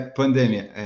pandemia